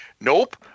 nope